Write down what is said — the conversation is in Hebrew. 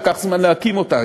לקח זמן להקים אותה,